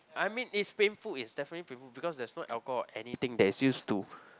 I mean it's painful it's definitely painful because there is no alcohol or anything that's used to